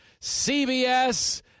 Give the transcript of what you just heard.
CBS